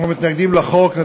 אנחנו מתנגדים לחוק.